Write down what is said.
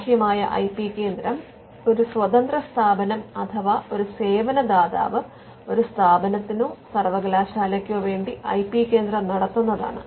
ബാഹ്യമായ I P കേന്ദ്രം ഒരു സ്വത്രന്ത സ്ഥാപനം അഥവാ ഒരു സേവന ദാതാവ് ഒരു സ്ഥാപനത്തിനോ സർവ്വകലാശാലയ്ക്കോ വേണ്ടി ഐ പി കേന്ദ്രം നടത്തുന്നതാണ്